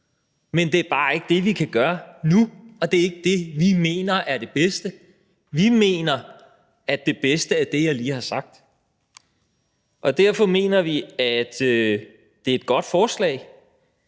Men det er bare ikke det, vi kan gøre nu, og det er ikke det, vi mener er det bedste. Vi mener, at det bedste er det, jeg lige har sagt. Derfor mener vi, at det er et godt forslag,